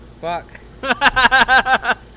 Fuck